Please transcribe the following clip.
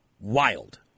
wild